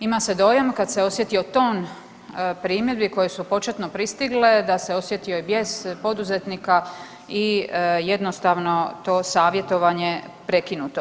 Ima se dojam kad se osjetio ton primjedbi koje su početno pristigle da se osjetio i bijes poduzetnika i jednostavno to je savjetovanje prekinuto.